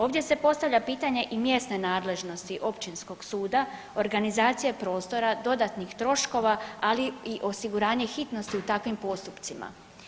Ovdje se postavlja pitanje i mjesne nadležnosti Općinskog suda, organizacija prostora, dodatnih troškova, ali i osiguranje hitnosti u takvim postupcima.